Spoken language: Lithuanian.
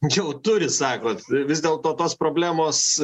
jau turi sakot vis dėlto tos problemos